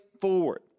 forward